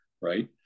right